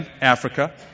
Africa